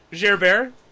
Gerber